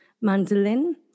mandolin